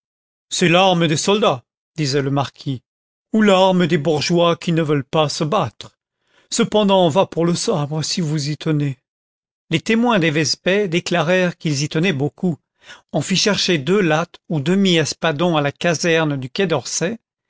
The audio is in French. c'est l'arme des soldats disait le marquis w l'arme des bourgeois qui ne veulent pas se battre cependant va pour le sabre si vous y tenez les témoins dayvaz bey déclarèrent qu'ils y tenaient beaucoup on fit chercher deux lattes ou demi espadons à la caserne du quai d'orsay